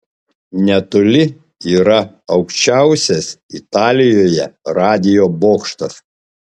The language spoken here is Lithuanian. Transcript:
netoli yra aukščiausias italijoje radijo bokštas